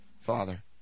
Father